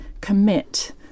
commit